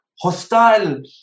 hostile